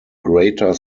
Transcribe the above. greater